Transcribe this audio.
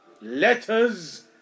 letters